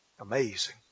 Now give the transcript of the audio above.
amazing